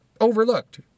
overlooked